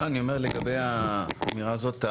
אני רוצה להתייחס לאמירה שלך.